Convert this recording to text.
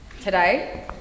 today